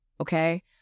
Okay